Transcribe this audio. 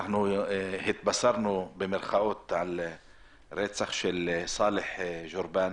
התבשרנו על רצח סאלח ג'ורבאן